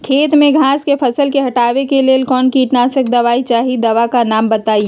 खेत में घास के फसल से हटावे के लेल कौन किटनाशक दवाई चाहि दवा का नाम बताआई?